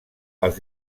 als